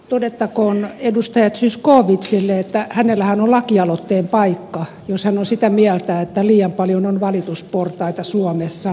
todettakoon edustaja zyskowiczille että hänellähän on lakialoitteen paikka jos hän on sitä mieltä että liian paljon on valitusportaita suomessa